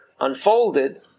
unfolded